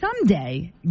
someday